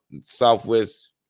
Southwest